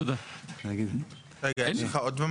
רגע, יש לך עוד?